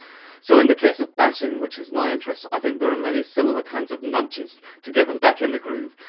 so in the case of batting, which is my interest, i think there are many similar kinds of nudges to get them back in the groove,